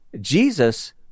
Jesus